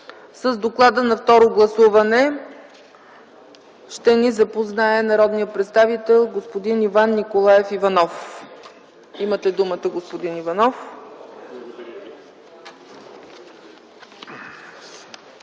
С доклада за второ гласуване ще ни запознае народният представител господин Иван Николаев Иванов. Имате думата, господин Иванов.